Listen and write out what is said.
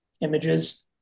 images